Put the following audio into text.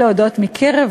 כבוד